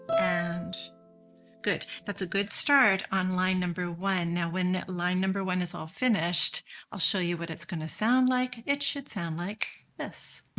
and good! that's a good start on line number one. now when line number one is all finished i'll show you what it's going to sound like. it should sound like this.